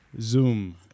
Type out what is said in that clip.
Zoom